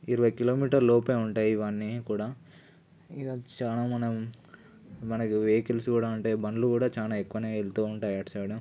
ఇరవై కిలోమీటర్ లోపే ఉంటాయి ఇవన్నీ కూడా ఇక చాలా మనం మనకి వెహికల్స్ కూడా ఉంటాయి బండ్లు కూడా చాలా ఎక్కువనే వెళుతుంటాయి అటు సైడు